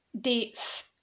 dates